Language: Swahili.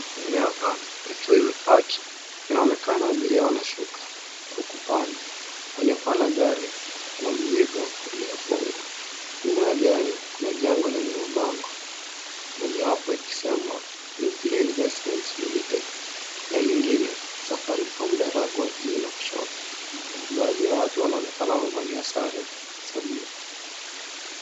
Aina ya van ikiwa imepark . Inaonekana abiria wanashuka au kupanda. Kwenye paa la gari kuna mzigo uliofungwa. Nyuma ya gari, kuna jengo lenye mabango, mmojawapo ikisema NUCLEAR INVESTMENTS LIMITED na lingine SAFARICOM Ndaragwa GENERAL SHOP . Baadhi ya watu wanaonekana wamevalia sare za bluu.